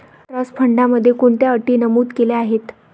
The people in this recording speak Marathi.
ट्रस्ट फंडामध्ये कोणत्या अटी नमूद केल्या आहेत?